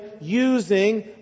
using